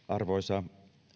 arvoisa